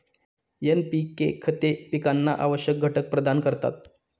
NPK खते पिकांना आवश्यक घटक प्रदान करतात